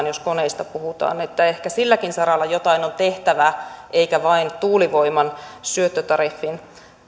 jos koneista puhutaan niin että ehkä silläkin saralla jotain on tehtävä eikä vain tuulivoiman syöttötariffin